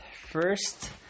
first